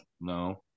no